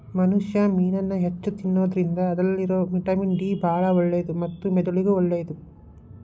ಮನುಷ್ಯಾ ಮೇನನ್ನ ಹೆಚ್ಚ್ ತಿನ್ನೋದ್ರಿಂದ ಅದ್ರಲ್ಲಿರೋ ವಿಟಮಿನ್ ಡಿ ಬಾಳ ಒಳ್ಳೇದು ಮತ್ತ ಮೆದುಳಿಗೂ ಒಳ್ಳೇದು